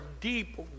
deep